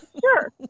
Sure